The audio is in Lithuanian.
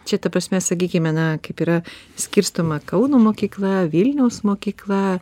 čia ta prasme sakykime na kaip yra skirstoma kauno mokykla vilniaus mokykla